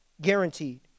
Guaranteed